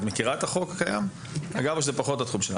את מכירה את החוק הקיים, או שזה פחות התחום שלך?